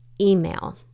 email